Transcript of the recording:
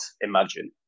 imagine